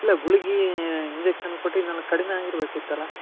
ಇಲ್ಲ ಗುಳ್ಗಿ ಇಂಜೆಕ್ಷನ್ ಕೊಟ್ಟಿದ್ನಲ್ಲ ಕಡ್ಮೆ ಆಗಿರಬೇಕಿತ್ತಲ್ಲ